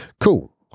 cool